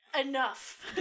enough